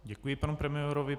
Děkuji panu premiérovi.